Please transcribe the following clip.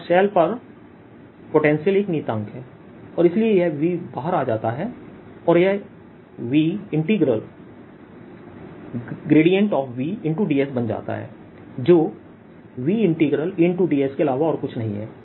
अब शेल पर पोटेंशियल एक नियतांक है और इसलिए यह V बाहर आ जाता है और यह VVdSबन जाता है जो VEdS के अलावा और कुछ नहीं है